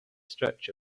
stretch